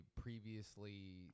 previously